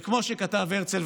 וכמו שכתב הרצל,